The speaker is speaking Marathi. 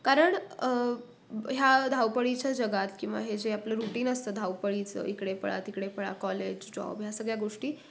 कारण ह्या धावपळीच्या जगात किंवा हे जे आपलं रूटीन असतं धावपळीचं इकडे पळा तिकडे पळा कॉलेज जॉब ह्या सगळ्या गोष्टी